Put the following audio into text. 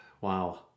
Wow